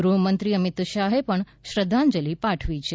ગૃહમંત્રી અમિત શાહે પણ શ્રધ્ધાજલિ પાઠવી છે